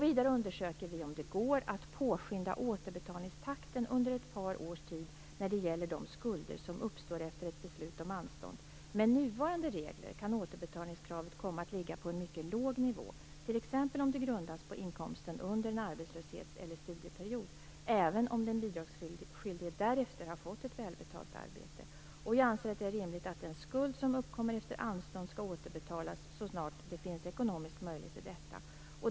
Vidare undersöker vi om det går att påskynda återbetalningstakten under ett par års tid när det gäller de skulder som uppstår efter ett beslut om anstånd. Med nuvarande regler kan återbetalningskravet komma att ligga på en mycket låg nivå - t.ex. om det grundas på inkomsten under en arbetslöshets eller studieperiod - även om den bidragsskyldige därefter har fått ett välbetalt arbete. Jag anser att det är rimligt att den skuld som uppkommer efter anstånd skall återbetalas så snart det finns ekonomisk möjlighet till detta.